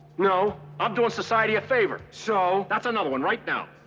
no. i'm doing society a favor. so? that's another one right now.